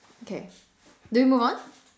okay do we move on